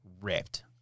ripped